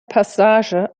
passage